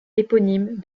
éponyme